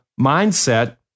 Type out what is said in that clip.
mindset